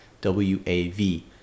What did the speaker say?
W-A-V